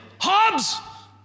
Hobbs